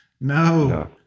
no